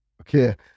Okay